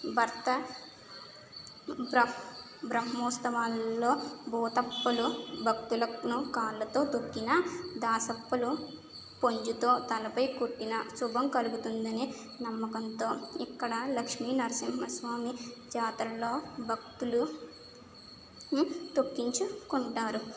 భర్త బ్ర బ్రహ్మోత్సవాల్లో భూతప్పలు భక్తులను కాళ్ళతో తొక్కిన దాసప్పలు పొంజుతో తలపై కొట్టిన శుభం కలుగుతుందని నమ్మకంతో ఇక్కడ లక్ష్మీనరసింహస్వామి జాతరలో భక్తులు తొక్కించుకుంటారు